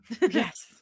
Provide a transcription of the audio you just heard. Yes